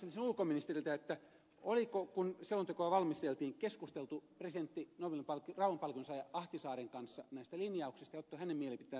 tiedustelisin ulkoministeriltä oliko kun selontekoa valmisteltiin keskusteltu presidentti nobelin rauhanpalkinnon saaja ahtisaaren kanssa näistä linjauksista ja otettu hänen mielipiteensä huomioon